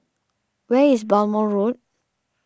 where is Balmoral Road